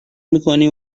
میکنی